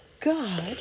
God